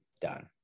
done